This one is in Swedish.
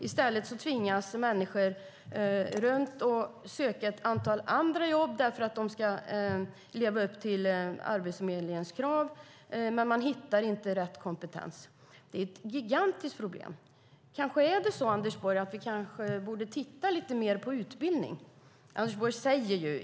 I stället tvingas människor söka andra jobb därför att de ska leva upp till Arbetsförmedlingens krav, och man hittar inte rätt kompetens. Det är ett gigantiskt problem. Kanske borde vi titta lite mer på frågan om utbildning, Anders Borg.